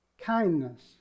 Kindness